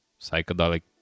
psychedelic